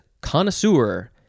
connoisseur